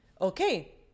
Okay